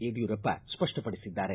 Yediyurappa ಸ್ಪಷ್ಪಪಡಿಸಿದ್ದಾರೆ